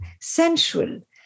sensual